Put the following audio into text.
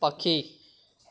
पखी